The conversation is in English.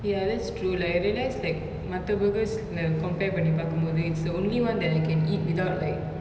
ya that's true like I realised like மத்த:matha burgers lah compare பன்னி பாக்கும்போது:panni paakumpothu it's the only one that I can eat without like